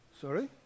Sorry